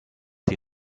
die